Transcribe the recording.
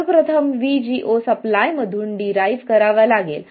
सर्व प्रथम VGO supply मधून डिराईव्ह करावा लागेल